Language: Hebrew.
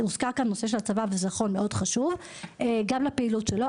הוזכר כאן נושא הצבא ונכון זה מאוד חשוב גם לפעילות שלו,